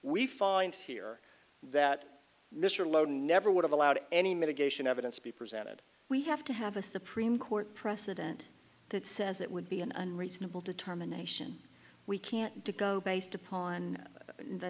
we find here that mr low never would have allowed any mitigation evidence to be presented we have to have a supreme court precedent that says it would be an unreasonable determination we can't go based upon the